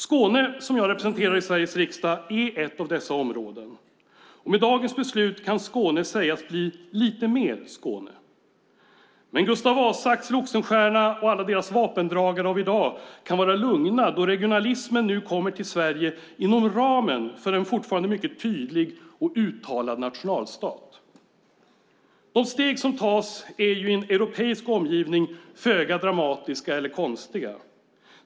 Skåne, som jag representerar i Sveriges riksdag, är ett av dessa områden. Och med dagens beslut kan Skåne sägas bli lite mer Skåne. Men Gustav Vasa, Axel Oxenstierna och alla deras vapendragare av i dag kan vara lugna, då regionalismen nu kommer till Sverige inom ramen för en fortfarande mycket tydlig och uttalad nationalstat. De steg som tas är ju i en europeisk omgivning föga dramatiska eller konstiga.